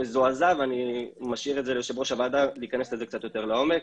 מזועזע ואני משאיר את זה ליו"ר הוועדה להכנס לזה קצת יותר לעומק.